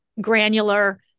granular